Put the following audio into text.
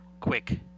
quick –